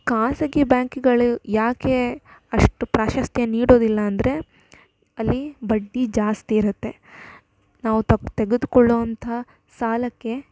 ಖಾಸಗಿ ಬ್ಯಾಂಕ್ಗಳು ಯಾಕೆ ಅಷ್ಟು ಪ್ರಾಶಸ್ತ್ಯ ನೀಡೋದಿಲ್ಲ ಅಂದರೆ ಅಲ್ಲಿ ಬಡ್ಡಿ ಜಾಸ್ತಿ ಇರುತ್ತೆ ನಾವು ತಪ್ಪು ತೆಗೆದುಕೊಳ್ಳೋವಂಥ ಸಾಲಕ್ಕೆ